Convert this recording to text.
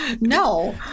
No